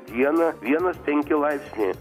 dieną vienas penki laipsniai